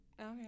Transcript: okay